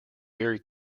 very